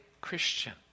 Christian